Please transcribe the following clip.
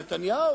נתניהו,